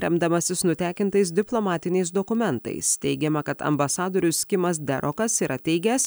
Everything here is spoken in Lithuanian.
remdamasis nutekintais diplomatiniais dokumentais teigiama kad ambasadorius kimas derokas yra teigęs